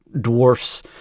dwarfs